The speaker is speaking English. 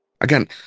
again